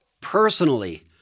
Personally